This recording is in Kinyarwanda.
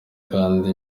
kandi